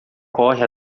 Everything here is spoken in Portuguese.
corre